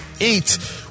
eight